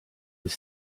was